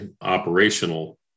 operational